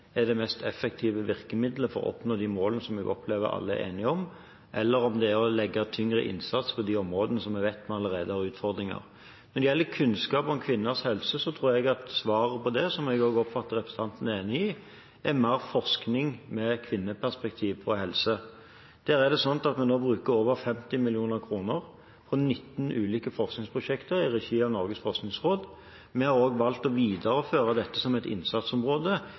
er det mest effektive virkemidlet for å oppnå de målene jeg opplever at alle er enige om, eller om det mest effektive er å legge større innsats på de områdene som vi allerede vet vi har utfordringer på. Når det gjelder kunnskap om kvinners helse, tror jeg svaret på det – noe som jeg oppfatter at også representanten er enig i – er mer forskning med kvinneperspektiv på helse. Vi bruker nå over 50 mill. kr på 19 ulike forskningsprosjekter i regi av Norges forskningsråd. Vi har også valgt å videreføre dette som et innsatsområde